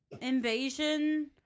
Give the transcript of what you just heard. Invasion